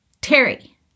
Terry